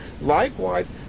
likewise